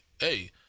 hey